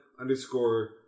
underscore